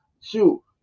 Shoot